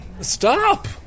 stop